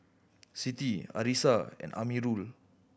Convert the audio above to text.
Siti Arissa and Amirul